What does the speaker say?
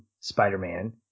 Spider-Man